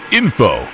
info